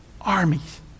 armies